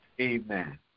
Amen